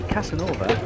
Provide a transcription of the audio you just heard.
Casanova